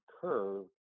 curve